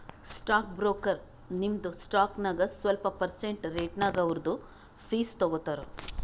stock broker ನಿಮ್ದು stock ನಾಗ್ ಸ್ವಲ್ಪ ಪರ್ಸೆಂಟ್ ರೇಟ್ನಾಗ್ ಅವ್ರದು ಫೀಸ್ ತಗೋತಾರ